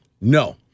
No